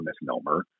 misnomer